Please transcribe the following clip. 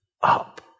up